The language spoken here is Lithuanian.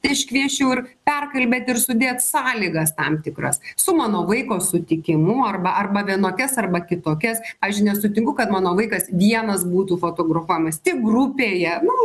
iškviesčiau ir perkalbėt ir sudėt sąlygas tam tikras su mano vaiko sutikimu arba arba vienokias arba kitokias aš nesutinku kad mano vaikas vienas būtų fotografuojamas tik grupėje nu